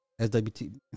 SWT